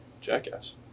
jackass